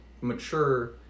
mature